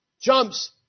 jumps